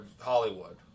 Hollywood